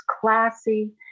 classy